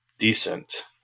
Decent